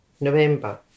November